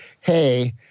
Hey